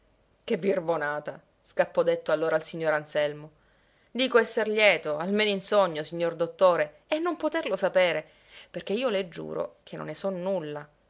e ride che birbonata scappò detto allora al signor anselmo dico esser lieto almeno in sogno signor dottore e non poterlo sapere perché io le giuro che non ne so nulla